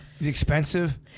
Expensive